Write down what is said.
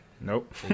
Nope